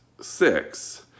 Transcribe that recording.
six